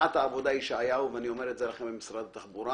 הנחת העבודה היא - ואני אומר למשרד התחבורה